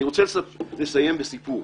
אני רוצה לסיים בסיפור.